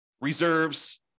reserves